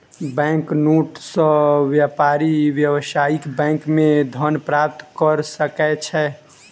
bank note सॅ व्यापारी व्यावसायिक बैंक मे धन प्राप्त कय सकै छै